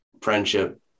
friendship